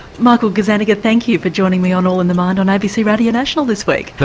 michael gazzaniga, thank you for joining me on all in the mind on abc radio national this week. but